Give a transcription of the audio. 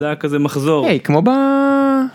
זה היה כזה מחזור.היי כמו בא...